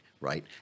Right